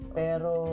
pero